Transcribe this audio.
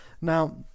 Now